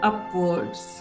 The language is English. Upwards